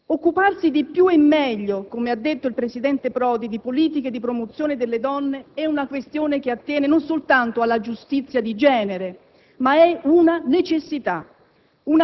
Occuparsi di più e meglio - come ha detto il presidente Prodi - di politiche di promozione delle donne non è soltanto una questione che attiene alla giustizia di genere, ma è una necessità;